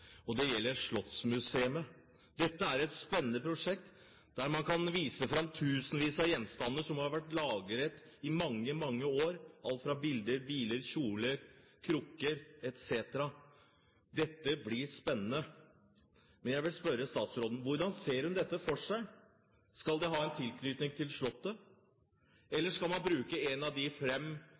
partiene. Det gjelder et slottsmuseum. Dette er et spennende prosjekt der man kan få vist fram tusenvis av gjenstander som har vært lagret i mange, mange år – alt fra bilder, biler, kjoler, krukker etc. Det blir spennende. Jeg vil spørre statsråden om hvordan hun ser dette for seg. Skal det ha tilknytning til Slottet? Eller skal man bruke en av de